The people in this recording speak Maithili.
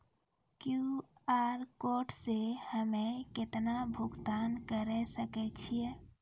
क्यू.आर कोड से हम्मय केतना भुगतान करे सके छियै?